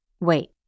Wait